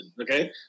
okay